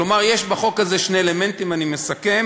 כלומר, יש בחוק הזה שני אלמנטים, אני מסכם.